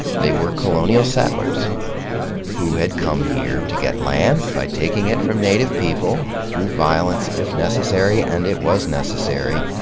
they were colonial settlers who had come here to get land by taking it from native people through violence, if necessary, and it was necessary.